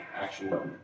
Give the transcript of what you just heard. actual